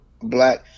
black